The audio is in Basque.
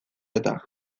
eta